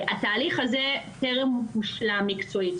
התהליך הזה טרם הושלם מקצועית.